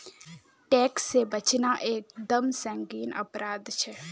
tax से बचना एक दम संगीन अपराध छे